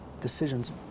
decisions